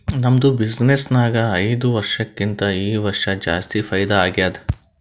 ನಮ್ದು ಬಿಸಿನ್ನೆಸ್ ನಾಗ್ ಐಯ್ದ ವರ್ಷಕ್ಕಿಂತಾ ಈ ವರ್ಷ ಜಾಸ್ತಿ ಫೈದಾ ಆಗ್ಯಾದ್